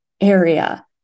area